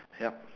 yup